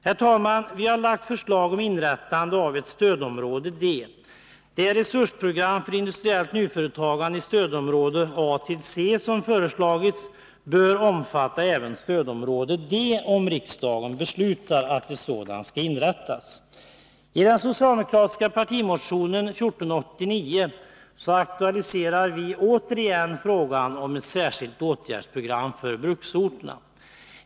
Herr talman! Vi har lagt fram förslag om inrättande av ett stödområde D. Det resursprogram för industriellt nyföretagande i stödområde A—C som föreslagits bör omfatta även stödområde D, om riksdagen beslutar att ett sådant skall inrättas. I den socialdemokratiska partimotionen 1489 aktualiserar vi åter frågan om ett särskilt åtgärdsprogram för bruksorterna.